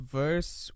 verse